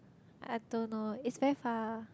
I don't know is very far